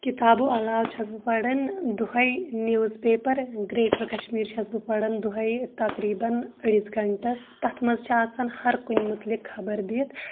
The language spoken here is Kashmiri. کِتابو علاوٕ چھس بہٕ پران دۄہے نوِز پیپر گریٹر کشمیٖر چھس بہٕ پران دۄہے تقریٖباً أڈِس گنٹس تَتھ منٛز چھ آسان ہر کُنہِ مُتعلِق خبر دِتھ